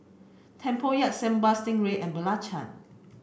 Tempoyak Sambal Stingray and Belacan